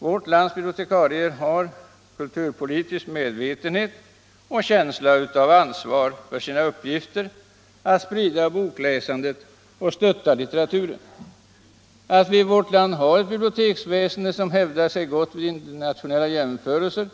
Vårt lands bibliotekarier har kulturpolitisk medvetenhet och känsla av ansvar för sina uppgifter att sprida bokläsandet och stötta litteraturen. Att vi i vårt land har ett biblioteksväsende som hävdar sig gott vid internationella jämförelser